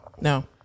No